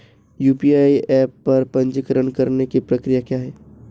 UPI app पर पंजीकरण करने की प्रक्रिया क्या है?